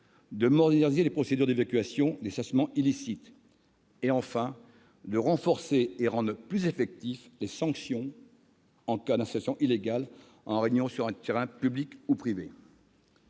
de moderniser les procédures d'évacuation des stationnements illicites ; enfin de renforcer et de rendre plus effectives les sanctions en cas d'installation illégale en réunion sur un terrain public ou privé.